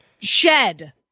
shed